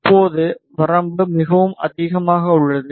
இப்போது வரம்பு மிகவும் அதிகமாக உள்ளது